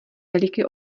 veliký